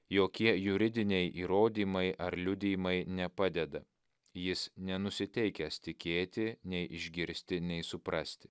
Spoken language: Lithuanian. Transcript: jokie juridiniai įrodymai ar liudijimai nepadeda jis nenusiteikęs tikėti nei išgirsti nei suprasti